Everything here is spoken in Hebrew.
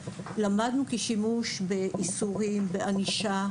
למדנו כי שימוש באיסורים ובענישה,